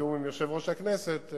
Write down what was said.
בתיאום עם יושב-ראש הכנסת,